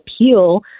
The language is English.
appeal